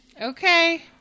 Okay